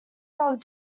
dog